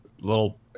little